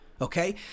okay